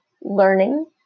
learning